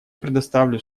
предоставлю